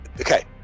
okay